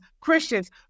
Christians